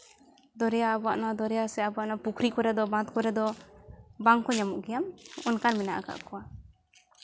ᱫᱚᱨᱭᱟ ᱟᱵᱚᱣᱟᱜ ᱱᱚᱣᱟ ᱫᱚᱨᱭᱟ ᱥᱮ ᱟᱵᱚᱣᱟᱜ ᱱᱚᱣᱟ ᱯᱩᱠᱷᱨᱤ ᱫᱚ ᱵᱟᱸᱫᱷ ᱠᱚᱨᱮ ᱫᱚ ᱵᱟᱝ ᱠᱚ ᱧᱟᱢᱚᱜ ᱜᱮᱭᱟ ᱚᱱᱠᱟ ᱢᱮᱱᱟᱜ ᱠᱟᱜ ᱠᱚᱣᱟ